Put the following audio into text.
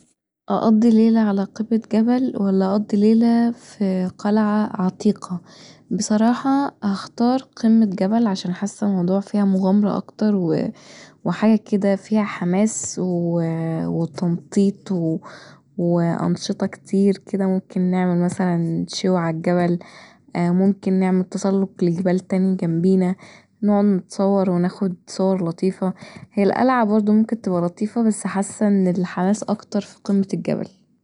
أقضي ليله علي قمة جبل ولا أقضي ليله في قلعة عتيقه بصراحه هختار قمة جبل عشان حاسه الموضوع فيها مغامره اكتر وحاجه كدا فيها حماس وتنطيط وانشطه كتير كدا ممكن نعمل مثلا شوا علي الجبل، ممكن نعمل تسلق لجبال تانيه جنبينا نقعد نتصور وناخد صور لطيفه هي القلعه برضو ممكن تبقي لطيفه بس حاسه ان الحماس اكتر في قمة الجبل